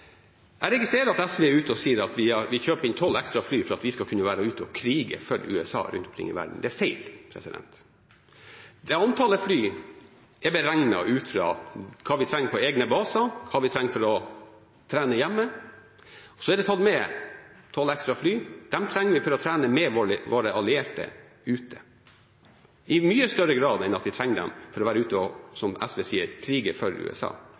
Jeg registrerer at SV er ute og sier at vi kjøper inn tolv ekstra fly for at vi skal kunne være ute og krige for USA rundt omkring i verden. Det er feil. Det antallet fly er beregnet ut fra hva vi trenger på egne baser, hva vi trenger for å trene hjemme. Så er det tatt med tolv ekstra fly, og dem trenger vi for å trene med våre allierte ute, i mye større grad enn at vi trenger dem for å være ute og – som SV sier – krige for USA.